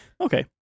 okay